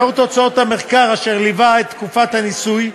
לאור תוצאות המחקר אשר ליווה את תקופת הניסוי,